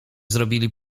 zrobili